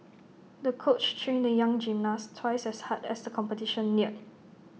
the coach trained the young gymnast twice as hard as the competition neared